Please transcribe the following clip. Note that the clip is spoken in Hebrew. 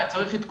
צריך את כולם,